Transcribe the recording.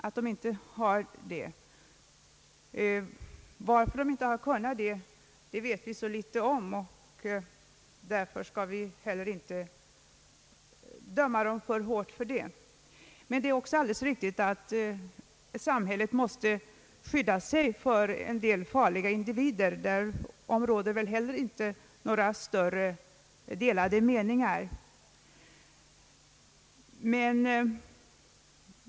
Anledningen härtill vet vi så litet om, och därför skall vi heller inte döma dem för hårt. Men det är också alldeles riktigt att samhället måste skydda sig mot en del farliga individer. Därom råder väl heller inte några delade meningar.